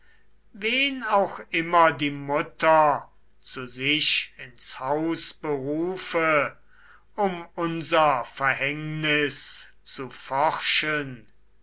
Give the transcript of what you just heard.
wen auch immer die mutter zu sich ins haus berufe um unser verhängnis zu forschen